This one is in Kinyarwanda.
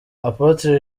apotre